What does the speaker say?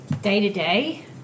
day-to-day